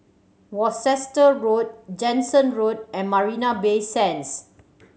Worcester Road Jansen Road and Marina Bay Sands